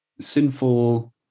sinful